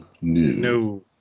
No